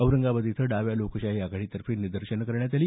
औरंगाबाद इथं डाव्या लोकशाही आघाडीतर्फे निदर्शनं करण्यात आली